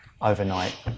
overnight